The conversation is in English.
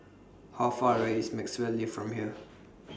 How Far away IS Maxwell LINK from here